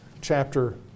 chapter